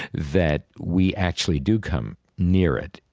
that we actually do come near it,